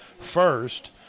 first